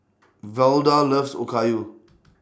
Velda loves Okayu